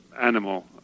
animal